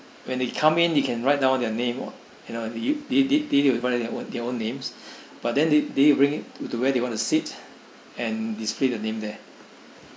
when they come in they can write down their name you know they they they will write own their own names but then they they bring it to where they want to sit and display the name there